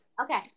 Okay